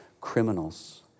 criminals